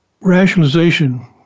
rationalization